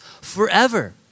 forever